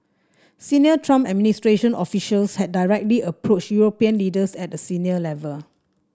Senior Trump administration officials had directly approached European leaders at a senior level